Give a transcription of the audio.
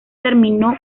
terminó